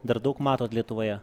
dar daug matot lietuvoje